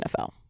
NFL